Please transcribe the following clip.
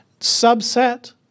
subset